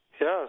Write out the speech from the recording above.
yes